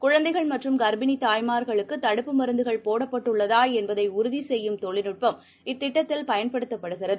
குழந்தைகள் மற்றும் கர்ப்பிணிதாய்மார்களுக்குதடுப்பு மருந்துகள் போடப்பட்டுள்ளதாஎன்பதைஉறுதிசெய்யும் தொழில்நுட்பம் இத்திட்டத்தில் பயன்படுத்தப்படுகிறது